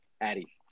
Addy